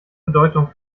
bedeutung